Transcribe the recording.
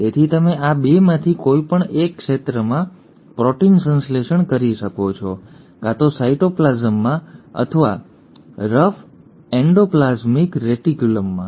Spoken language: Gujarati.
તેથી તમે આ 2 માંથી કોઈ પણ એક ક્ષેત્રમાં પ્રોટીન સંશ્લેષણ કરી શકો છો કાં તો સાયટોપ્લાસમમાં અથવા રફ એન્ડોપ્લાસ્મિક રેટિક્યુલમમાં